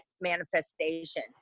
manifestation